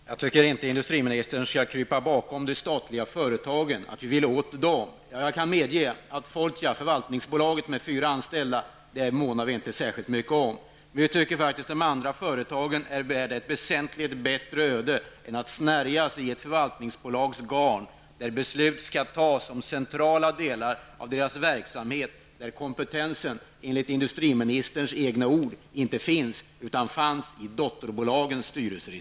Fru talman! Jag tycker inte att industriministern skall krypa bakom att vi vill komma åt de statliga företagen. Jag kan medge att vi inte månar särskilt mycket om förvaltningsbolaget Fortia med fyra anställda. Vi tycker faktiskt att de andra företagen i koncernen är värda ett väsentligt bättre öde än att snärjas i ett förvaltningsbolags garn. Beslut kommer att fattas av förvaltningsbolaget om centrala delar av företagens verksamhet utan att det, med industriministerns egna ord, har tillgång till kompetensen — den finns i stället i dotterbolagens styrelser.